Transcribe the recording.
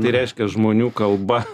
tai reiškia žmonių kalba